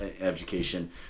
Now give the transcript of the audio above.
education